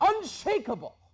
unshakable